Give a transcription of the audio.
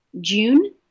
June